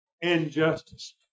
injustice